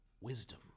wisdom